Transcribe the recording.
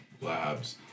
labs